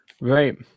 Right